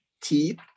teeth